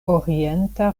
orienta